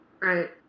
Right